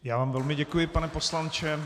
Já vám velmi děkuji, pane poslanče.